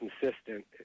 consistent